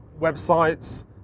websites